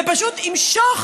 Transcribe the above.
ופשוט ימשוך